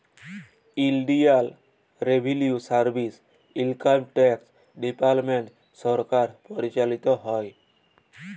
ইলডিয়াল revenue service, income tax department সরকার পরিচালিত হ্যয়